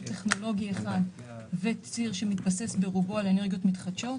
טכנולוגי וציר שמתבסס ברובו על אנרגיות מתחדשות.